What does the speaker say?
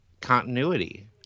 continuity